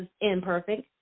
imperfect